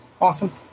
awesome